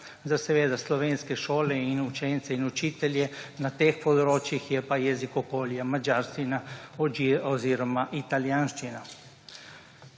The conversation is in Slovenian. za slovenske šole in učence in učitelje na teh območjih je pa jezik okolja madžarščina oziroma italijanščina.